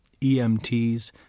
EMTs